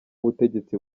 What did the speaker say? ubutegetsi